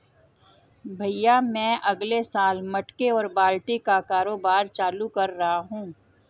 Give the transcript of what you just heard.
भैया मैं अगले साल मटके और बाल्टी का कारोबार चालू कर रहा हूं